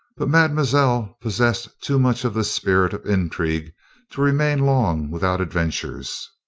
but mademoiselle possessed too much of the spirit of intrigue to remain long without adventures.